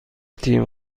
تیم